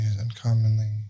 uncommonly